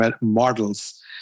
models